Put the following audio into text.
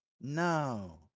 No